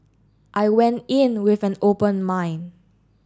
I went in with an open mind